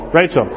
Rachel